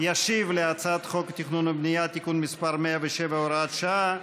ישיב על הצעת חוק התכנון והבנייה (תיקון מס' 107 והוראת שעה)